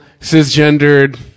cisgendered